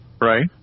Right